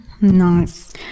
nice